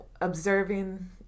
observing